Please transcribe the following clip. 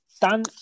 Dan